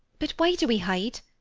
but why do we hide?